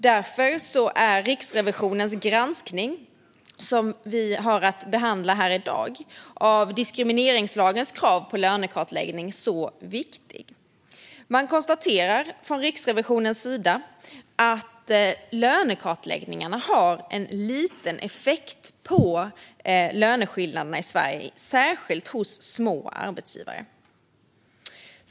Därför är Riksrevisionens granskning av diskrimineringslagens krav på lönekartläggning, som vi har att behandla här i dag, så viktig. Man konstaterar från Riksrevisionens sida att lönekartläggningarna har liten effekt på löneskillnaderna i Sverige, särskilt hos små arbetsgivare.